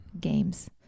games